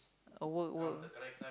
a work work